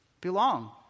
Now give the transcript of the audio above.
Belong